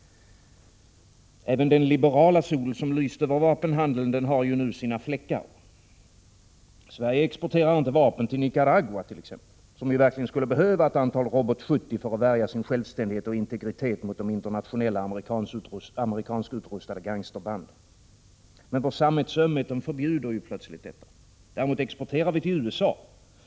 Även den liberala sol som lyst över vapenhandeln har sina fläckar. Sverige exporterar inte vapen till Nicaragua, som ju verkligen skulle behöva ett antal Robot 70 för att värja sin självständighet och integritet mot de internationella, amerikanskutrustade gangsterbanden. Vår samvetsömhet förbjuder plötsligt detta. Däremot exporterar vi till USA.